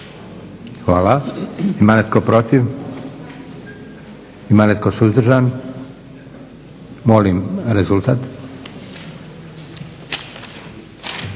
Hvala. Ima li netko protiv? Ima li netko suzdržan? Molim rezultat.